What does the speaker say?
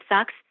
sucks